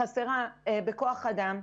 חסר בכוח אדם,